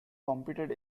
competed